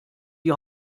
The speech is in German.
die